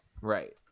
Right